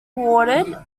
watered